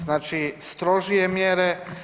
Znači strožije mjere.